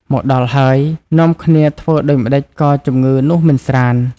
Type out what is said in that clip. មកដល់ហើយ នាំគ្នាធ្វើដូចម្តេចក៏ជំងឺនោះមិនស្រាន្ត។